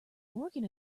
organ